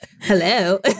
hello